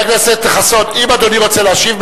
אם אדוני רוצה להשיב,